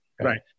Right